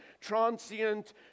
transient